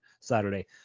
Saturday